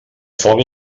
foc